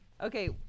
Okay